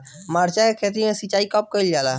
मिर्चा के खेत में सिचाई कब कइल जाला?